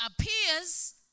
appears